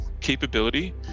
capability